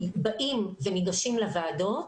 באים וניגשים לוועדות